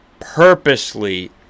Purposely